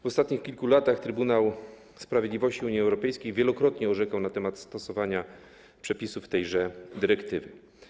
W ostatnich kilku latach Trybunał Sprawiedliwości Unii Europejskiej wielokrotnie orzekał na temat stosowania przepisów tejże dyrektywy.